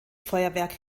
feuerwerk